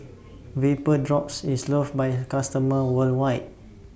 Vapodrops IS loved By customers worldwide